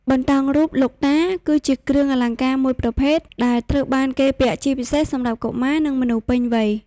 បន្តោងរូបលោកតា គឺជាគ្រឿងអលង្ការមួយប្រភេទដែលត្រូវបានគេពាក់ជាពិសេសសម្រាប់កុមារនិងមនុស្សពេញវ័យ។